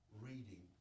reading